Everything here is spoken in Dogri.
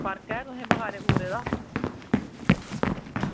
फर्क ऐ तुसेंगी बुखारै दा